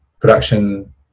production